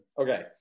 Okay